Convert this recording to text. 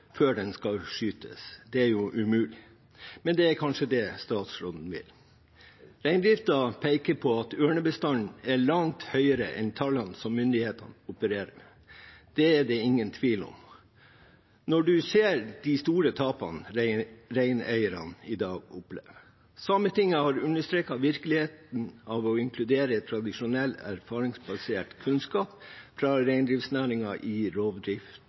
før den skal skytes. Det er umulig – men det er kanskje det statsråden vil. Reindriften peker på at ørnebestanden er langt høyere enn tallene som myndighetene opererer med. Det er det ingen tvil om når man ser de store tapene reineierne i dag opplever. Sametinget har understreket viktigheten av å inkludere tradisjonell, erfaringsbasert kunnskap fra reindriftsnæringen i